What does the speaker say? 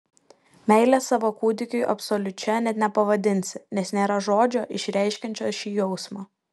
meilės savo kūdikiui absoliučia net nepavadinsi nes nėra žodžio išreiškiančio šį jausmą